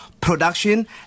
production